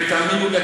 ותאמינו לי,